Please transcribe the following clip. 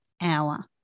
hour